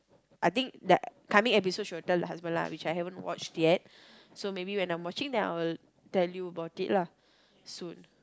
I think that coming episode she will tell the husband lah which I haven't watch yet so maybe when I'm watching then I'll tell you about it lah soon